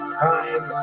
time